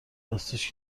دستش